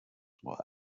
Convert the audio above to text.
will